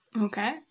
Okay